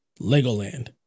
Legoland